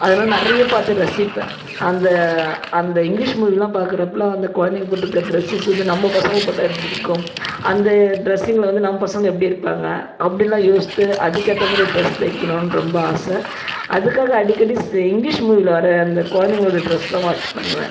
அதலாம் நிறைய பார்த்து ரசிப்பேன் அந்த அந்த இங்கிலீஷ் மூவிலாம் பாக்கிறப்போலாம் அந்த குழந்தைங்க போட்டுருக்க ட்ரெஸ்ஸஸ் வந்து நம்ம பசங்களுக்கும் போட்டால் எப்படி இருக்கும் அந்த ட்ரெஸ்ஸிங்கில் வந்து நம்ம பசங்கள் எப்படி இருப்பாங்க அப்படிலாம் யோசித்து அதுக்கேற்ற மாதிரி ஒரு ட்ரெஸ் தைக்கணும் ரொம்ப ஆசை அதுக்காக அடிக்கடி இங்கிலீஷ் மூவியில் வர அந்த குழந்தைங்களோட ட்ரெஸ் தான் வாட்ச் பண்ணுவேன்